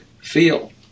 feel